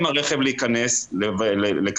להיכנס עם הרכב,